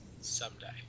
Someday